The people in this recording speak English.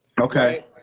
Okay